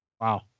Wow